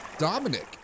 Dominic